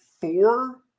four